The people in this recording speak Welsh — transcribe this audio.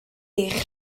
eich